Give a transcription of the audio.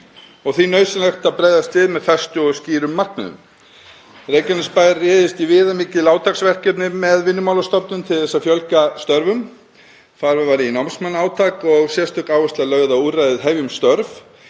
og því nauðsynlegt að bregðast við með festu og skýrum markmiðum. Reykjanesbær réðst í viðamikil átaksverkefni með Vinnumálastofnun til að fjölga störfum. Farið var í námsmannaátak og sérstök áhersla var lögð á úrræðið Hefjum störf.